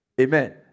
Amen